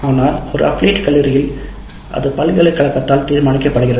ஆனால் ஒரு அப்ளியேட் கல்லூரியில் அது பல்கலைக்கழகத்தால் தீர்மானிக்கப்படுகிறது